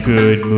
Good